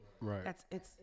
Right